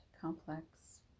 complex